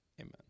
amen